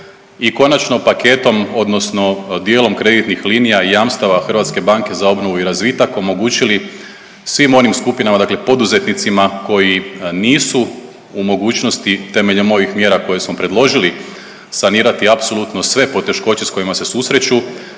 i konačno paketom odnosno dijelom kreditnih linija i jamstava HBOR-a omogućili svim onim skupinama dakle poduzetnicima koji nisu u mogućnosti temeljem ovih mjera koje smo predložili sanirati apsolutno sve poteškoće s kojima se susreću